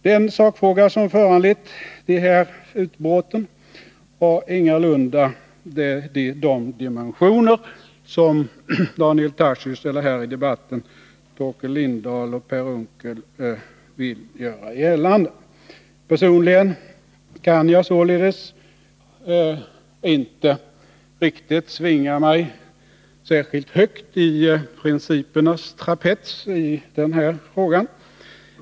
Den sakfråga som föranlett de här utbrotten har ingalunda de dimensioner Daniel Tarschys eller här i debatten Torkel Lindahl och Per Unckel vill göra gällande. Personligen kan jag således inte svinga mig särskilt högt i principernas trapets i den här frågan.